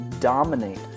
dominate